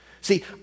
See